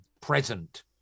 present